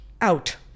out